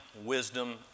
wisdom